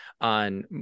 on